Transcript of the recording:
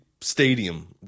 stadium